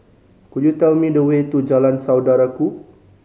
could you tell me the way to Jalan Saudara Ku